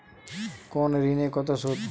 কোন ঋণে কত সুদ?